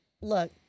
Look